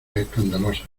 escandalosas